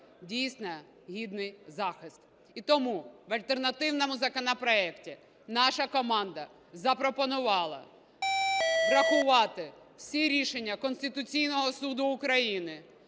дійсно гідний захист. І тому в альтернативному законопроекті наша команда запропонувала врахувати всі рішення Конституційного Суду України